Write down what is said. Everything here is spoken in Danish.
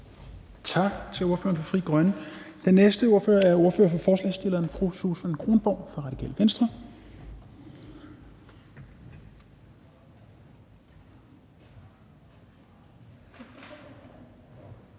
Tak til ordføreren for Frie Grønne. Den næste ordfører er ordføreren for forslagsstillerne, fru Susan Kronborg fra Radikale Venstre.